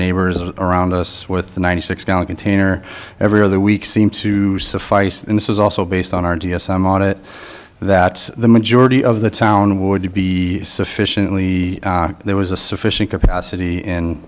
neighbors and around us with the ninety six gallon container every other week seem to suffice and this is also based on our d s m on it that the majority of the town would be sufficiently there was a sufficient capacity